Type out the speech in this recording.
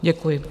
Děkuji.